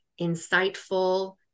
insightful